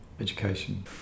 education